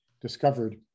discovered